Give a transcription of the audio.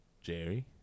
Jerry